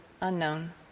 unknown